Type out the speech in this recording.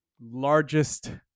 largest